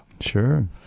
Sure